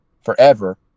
forever